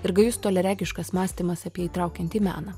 ir gajus toliaregiškas mąstymas apie įtraukiantį meną